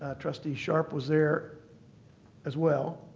ah trustee sharp was there as well.